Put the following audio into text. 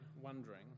wondering